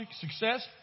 success